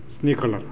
स्नि खालार